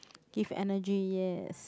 give energy yes